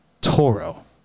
Toro